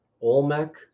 Olmec